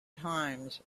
times